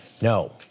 No